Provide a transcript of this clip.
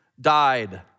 died